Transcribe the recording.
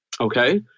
Okay